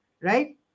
Right